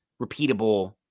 repeatable